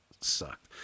sucked